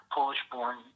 Polish-born